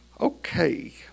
Okay